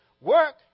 work